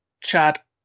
chat